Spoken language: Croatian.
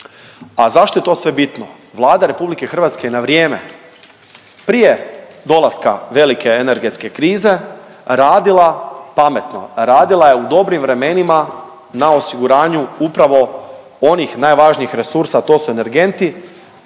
A zašto je to sve bitno? Vlada RH je na vrijeme, prije dolaska velike energetske krize radila pametno, radila je u dobrim vremenima na osiguranju upravo onih najvažnijih resursa, a to su energenti.